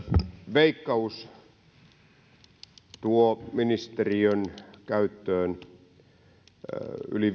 veikkaus tuo ministeriön käyttöön yli